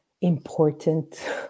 important